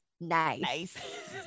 Nice